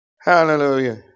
Hallelujah